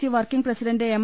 C working president M